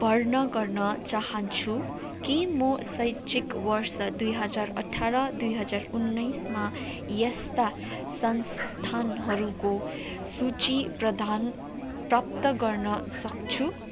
भर्ना गर्न चाहान्छु कि म शैक्षिक वर्ष दुई हजार अठाह्र दुई हजार उन्नाइसमा यस्ता संस्थानहरूको सूचि प्रदान प्राप्त गर्न सक्छु